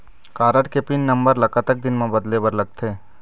Card के pin number ला कतक दिन म बदले बर लगथे?